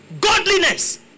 Godliness